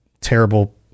terrible